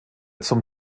zum